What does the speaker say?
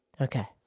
Okay